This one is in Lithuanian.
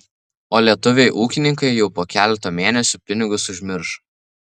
o lietuviai ūkininkai jau po keleto mėnesių pinigus užmiršo